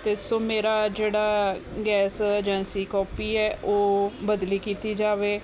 ਅਤੇ ਸੋ ਮੇਰਾ ਜਿਹੜਾ ਗੈਸ ਅਜੈਂਸੀ ਕਾਪੀ ਹੈ ਉਹ ਬਦਲੀ ਕੀਤੀ ਜਾਵੇ